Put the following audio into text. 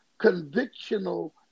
convictional